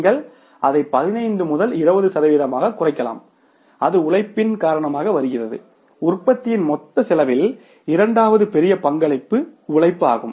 நீங்கள் அதை 15 முதல் 20 சதவிகிதமாகக் குறைக்கலாம் அது உழைப்பின் காரணமாக வருகிறது உற்பத்தியின் மொத்த செலவில் இரண்டாவது பெரிய பங்களிப்பு உழைப்பு ஆகும்